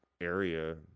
area